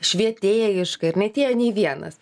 švietėjiška ir neatėjo nei vienas